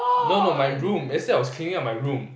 no no my room yesterday I was cleaning up my room